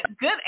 Good